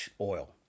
oil